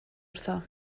wrtho